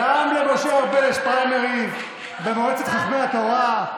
גם למשה ארבל יש פריימריז במועצת חכמי התורה.